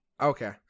Okay